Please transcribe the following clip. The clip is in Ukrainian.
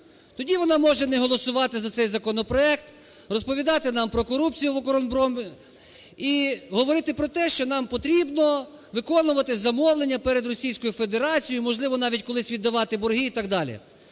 тоді вона може не голосувати за цей законопроект, розповідати нам про корупцію в "Укроборонпромі" і говорити, що нам потрібно виконувати замовлення перед Російською Федерацією, можливо, навіть колись віддавати борги і так далі.